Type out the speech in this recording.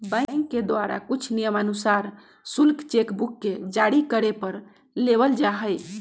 bank के द्वारा कुछ नियमानुसार शुल्क चेक बुक के जारी करे पर लेबल जा हई